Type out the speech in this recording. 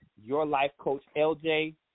yourlifecoachlj